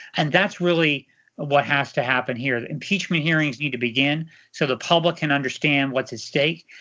and that's really what has to happen here. impeachment hearings need to begin so the public can understand what's at stake.